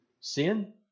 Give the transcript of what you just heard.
sin